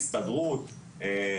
הסתדרות,